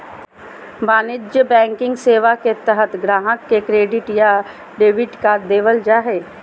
वाणिज्यिक बैंकिंग सेवा के तहत गाहक़ के क्रेडिट या डेबिट कार्ड देबल जा हय